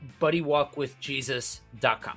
BuddyWalkWithJesus.com